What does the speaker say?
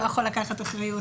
ואז התחלתם לרדת,